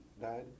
died